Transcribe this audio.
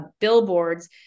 billboards